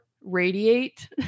radiate